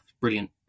Brilliant